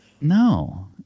No